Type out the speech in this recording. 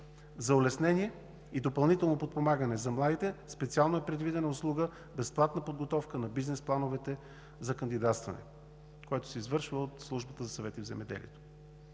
За улеснение и допълнително подпомагане за младите специално е предвидена услуга – безплатна подготовка на бизнес-плановете за кандидатстване, което се извършва от Службата за съвети в земеделието.